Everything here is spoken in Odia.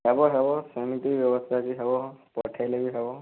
ହେବ ହେବ ସେମିତି ବ୍ୟବସ୍ଥା ଅଛି ହେବ ପଠାଇଲେ ବି ହେବ